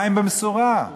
מים במשורה.